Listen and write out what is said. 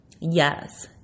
yes